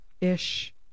ish